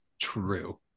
true